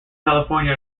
california